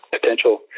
potential